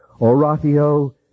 Oratio